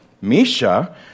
Misha